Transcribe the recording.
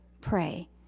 pray